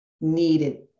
needed